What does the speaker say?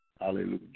Hallelujah